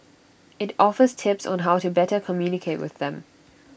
IT offers tips on how to better communicate with them